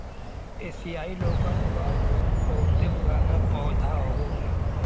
एसिआई लोगन क बहुते पुराना पौधा हौ